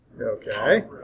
Okay